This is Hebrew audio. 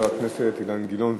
חבר הכנסת אילן גילאון,